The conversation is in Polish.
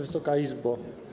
Wysoka Izbo!